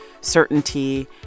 certainty